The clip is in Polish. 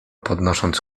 podnosząc